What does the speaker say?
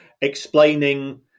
explaining